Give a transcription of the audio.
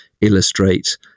illustrate